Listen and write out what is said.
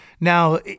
now